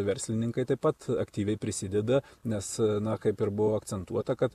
verslininkai taip pat aktyviai prisideda nes na kaip ir buvo akcentuota kad